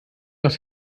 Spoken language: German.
noch